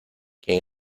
quien